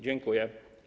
Dziękuję.